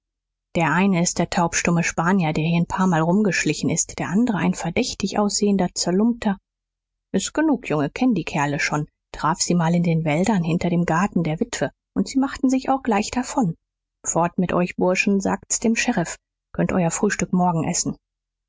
der eine ist der taubstumme spanier der hier n paarmal rumgeschlichen ist der andere ein verdächtig aussehender zerlumpter s ist genug junge kenne die kerle schon traf sie mal in den wäldern hinter dem garten der witwe und sie machten sich auch gleich davon fort mit euch burschen sagt's dem sheriff könnt euer frühstück morgen essen